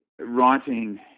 writing